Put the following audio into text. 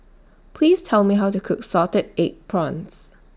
Please Tell Me How to Cook Salted Egg Prawns